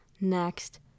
next